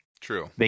True